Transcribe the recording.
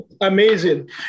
amazing